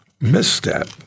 misstep